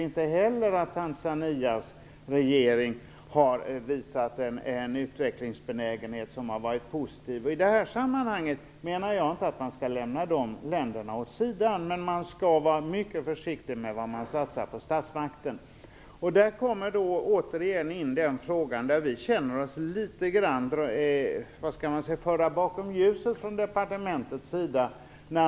Inte heller Tanzanias regering har visat en utvecklingsbenägenhet som har varit positiv. Jag menar inte att man skall lämna de länderna åt sidan i det här sammanhanget, men man skall vara mycket försiktig med vad man satsar på statsmakten. Där kommer jag in på en fråga där vi känner oss litet grand förda bakom ljuset från departementets sida.